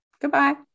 Goodbye